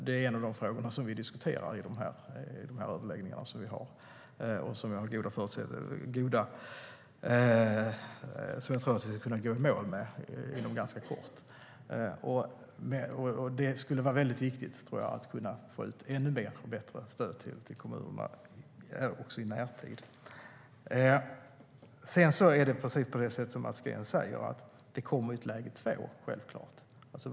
Det är en av de frågor som vi diskuterar i våra överläggningar och som jag tror att vi ska kunna gå i mål med inom kort. Det är viktigt att få ut ett ännu mer förbättrat stöd till kommunerna också i närtid. Det är i princip på det sätt som Mats Green säger, nämligen att det självklart kommer ett läge två.